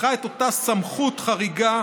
לקחה את אותה סמכות חריגה,